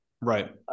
Right